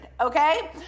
okay